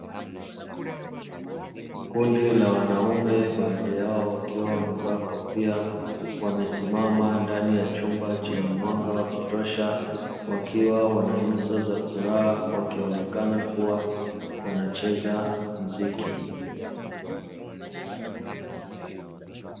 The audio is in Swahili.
Kundi la wanaume baadhi yao wakiwa wamevaa kofia, wamesimama ndani ya chumba chenye mwanga wa kutosha wakiwa wana nyuso za furaha, wakionekana kuwa wanacheza mziki.